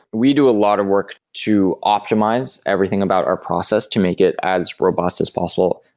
we do a lot of work to optimize everything about our process to make it as robust as possible.